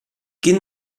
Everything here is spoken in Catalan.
quin